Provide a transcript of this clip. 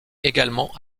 également